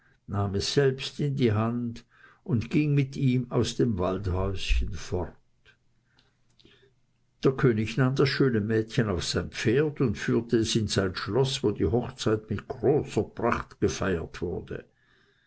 es selbst in die hand und ging mit ihm aus dem waldhäuschen fort der könig nahm das schöne mädchen auf sein pferd und führte es in sein schloß wo die hochzeit mit großer pracht gefeiert wurde